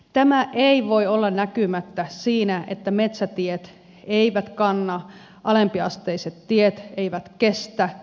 tämä ei voi olla näkymättä siinä että metsätiet eivät kanna alempiasteiset tiet eivät kestä